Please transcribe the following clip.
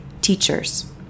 teachers